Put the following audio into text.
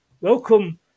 Welcome